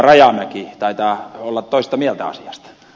hän taitaa olla toista mieltä asiasta